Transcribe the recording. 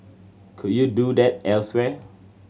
could you do that elsewhere